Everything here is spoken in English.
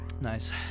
nice